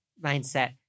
mindset